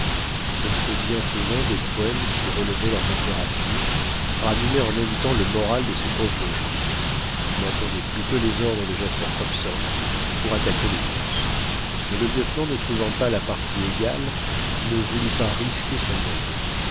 ce feu bienfaisant des poêles qui relevait la température ranimait en même temps le moral de ces pauvres gens ils n'attendaient plus que les ordres de jasper hobson pour attaquer les ours mais le lieutenant ne trouvant pas la partie égale ne voulut pas risquer son monde